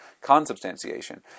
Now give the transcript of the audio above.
consubstantiation